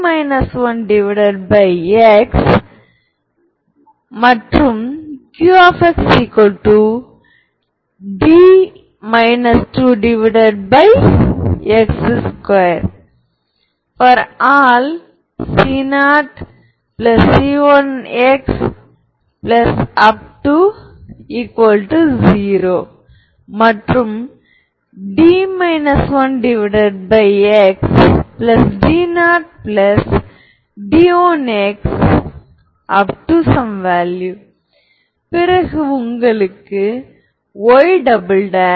நீங்கள் எந்த வெக்டார்களையும் x உடன் டாட் ப்ராடக்ட் எடுத்து பிறகு மற்றொரு வெக்டார் y உடன் ஒரு டாட் ப்ராடக்ட் எடுத்துக் கொண்டால் இது y யில் A செயல்படுவதைப் போல் இருக்க வேண்டும் மற்றும் நீங்கள் x உடன் டாட் ப்ராடக்ட் எடுத்துக் கொள்வீர்கள்